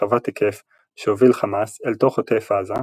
רחבת היקף שהוביל חמאס אל תוך עוטף עזה,